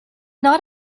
not